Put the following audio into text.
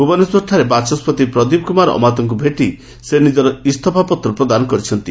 ଭୁବନେଶ୍ୱରଠାରେ ବାଚସ୍ବତି ପ୍ରଦୀପ କୁମାର ଅମାତଙ୍ଙୁ ଭେଟି ସେ ନିଜର ଇସ୍ତଫାପତ୍ର ପ୍ରଦାନ କରିଛନ୍ତି